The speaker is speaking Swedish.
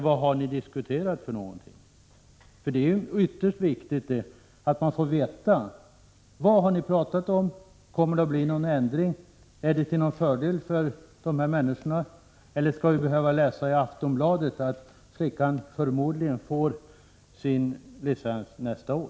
Vad har ni diskuterat för någonting? Det är ytterst viktigt att man får veta vad ni har talat om, om det kommer att bli någon ändring och om det i så fall blir till fördel för kvinnor. Skall vi behöva läsa i Aftonbladet att den flicka jag nämnde i frågan förmodligen får sin licens nästa år?